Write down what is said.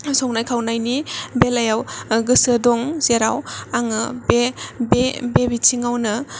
संनाय खावनायनि बेलायाव गोसो दं जेराव आङो बे बे बे बिथिङाव नो